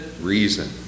reason